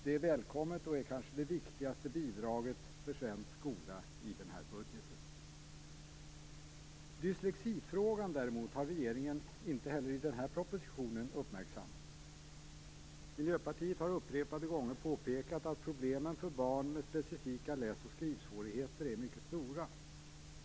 Det är välkommet och är kanske det viktigaste bidraget för svensk skola i den här budgeten. Dyslexifrågan har regeringen däremot inte uppmärksammat i den här propositionen heller. Miljöpartiet har upprepade gånger påpekat att problemen för barn med specifika läs och skrivsvårigheter är mycket stora.